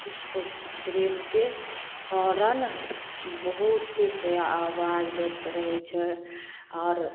कुछ ट्रेनके हॉरन बहुत से आबाज दैत रहै छै आओर